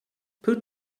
put